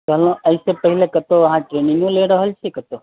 कहलहुॅं एहिसे पहिने अहाँ ट्रेनिंगो लय रहलियै कत्तौ